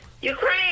Ukraine